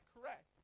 correct